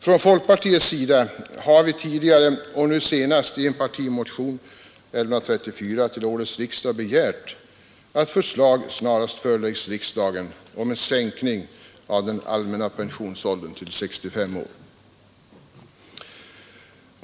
Från folkpartiet har vi tidigare, och nu senast i en partimotion, nr 1134 till årets riksdag, begärt att förslag snarast skall föreläggas riksdagen om en sänkning av den allmänna pensionsåldern till 65 år.